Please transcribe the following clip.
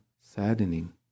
saddening